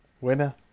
Winner